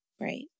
Right